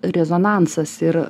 rezonansas ir